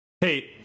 Hey